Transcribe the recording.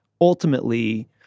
ultimately